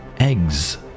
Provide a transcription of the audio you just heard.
Eggs